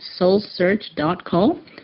SoulSearch.com